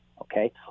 okay